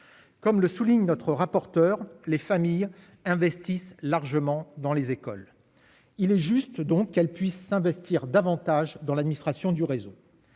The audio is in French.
Comme le souligne notre rapporteur, les familles investissent largement dans les écoles. Il est juste, donc qu'elle puisse investir davantage dans l'administration du réseau,